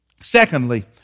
secondly